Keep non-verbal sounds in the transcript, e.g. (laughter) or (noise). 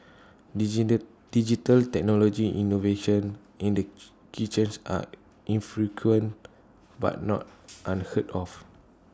(unintelligible) digital technology innovations in the (unintelligible) kitchens are infrequent but not unheard of